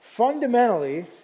Fundamentally